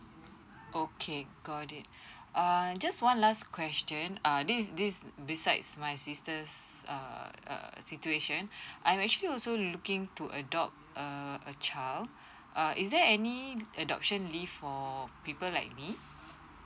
okay got it err just one last question err this this besides my sister's err err situation I'm actually also looking to adopt a a child err is there any adoption leave for people like me